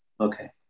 Okay